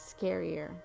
scarier